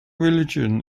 religion